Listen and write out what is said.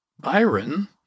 Byron